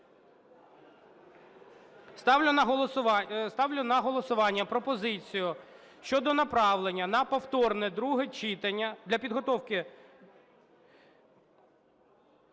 Ставлю на голосування пропозицію щодо направлення на повторне друге читання для підготовки…